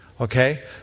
Okay